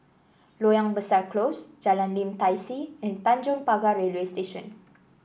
Loyang Besar Close Jalan Lim Tai See and Tanjong Pagar Railway Station